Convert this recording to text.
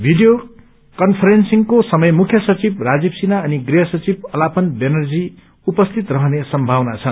video कन्फेन्सिंगको समय मुख्य सचिव राजीव सिन्हा अनि गृह सचिव अंतापन व्यानर्जी उपरियत रहने सम्थावना छ